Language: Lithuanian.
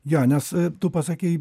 jo nes tu pasakei